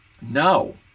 no